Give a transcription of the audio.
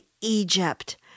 Egypt